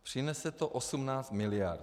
Přinese to 18 miliard.